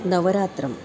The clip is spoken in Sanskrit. नवरात्रम्